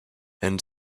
and